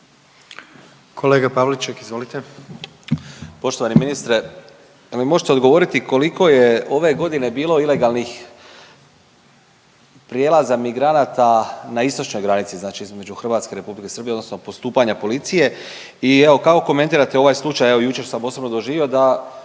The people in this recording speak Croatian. suverenisti)** Poštovani ministre, jel mi možete odgovoriti koliko je ove godine bilo ilegalnih prijelaza migranata na istočnoj granici, znači između Hrvatske i Republike Srbije odnosno postupanja policije? I evo, kako komentirate ovaj slučaj, evo jučer sam osobno doživio, da